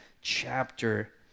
chapter